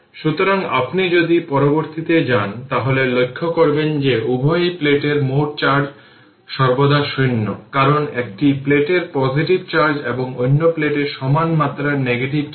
সুতরাং এটি একটি সার্কিটের জন্য একটি সাধারণ উদাহরণ যা সার্কিটের দিকে তাকানোর মতো কিছুই নেই